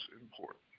important